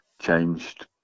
changed